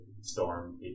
storm